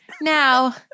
Now